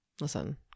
Listen